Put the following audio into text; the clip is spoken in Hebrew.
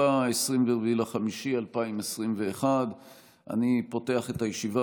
במאי 2021. אני פותח את הישיבה.